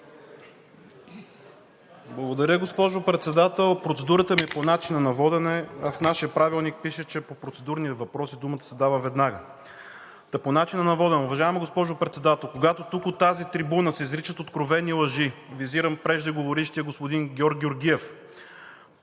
Благодаря, госпожо Председател. Процедурата ми е по начина на водене, а в нашия правилник пише, че по процедурни въпроси думата се дава веднага. Та по начина на водене. Уважаема госпожо Председател, когато тук от тази трибуна се изричат откровени лъжи, визирам преждеговорившия – господин Георг Георгиев,